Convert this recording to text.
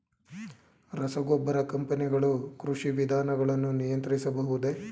ರಸಗೊಬ್ಬರ ಕಂಪನಿಗಳು ಕೃಷಿ ವಿಧಾನಗಳನ್ನು ನಿಯಂತ್ರಿಸಬಹುದೇ?